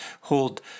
hold